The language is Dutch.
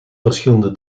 verschillende